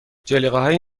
جلیقههای